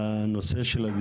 אני